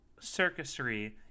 circusry